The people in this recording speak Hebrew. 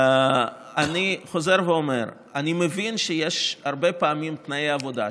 אני חוזר ואומר: אני מבין שהרבה פעמים יש תנאי עבודה שאומרים,